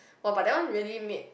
wa but that one really made